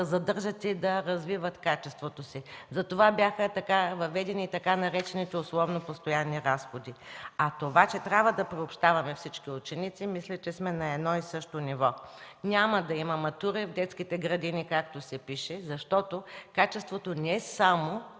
задържат и развиват качеството си. Затова бяха въведени така наречените условно „постоянни разходи”. А това, че трябва да приобщаваме всички ученици, мисля, че сме на едно и също мнение. Няма да има матура в детските градини, както се пише, защото качеството не е само